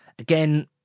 Again